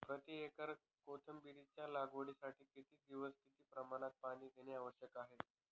प्रति एकर कोथिंबिरीच्या लागवडीसाठी किती दिवस किती प्रमाणात पाणी देणे आवश्यक आहे?